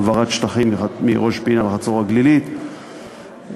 העברת שטחים מראש-פינה לחצור-הגלילית,